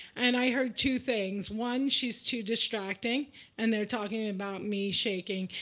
and i heard two things. one, she's too distracting and they're talking about me shaking.